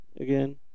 again